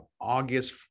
August